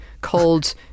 called